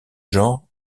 genre